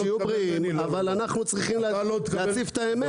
אבל אנחנו צריכים להציף את האמת.